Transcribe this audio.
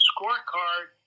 Scorecard